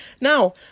Now